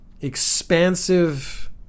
expansive